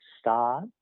start